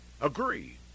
agree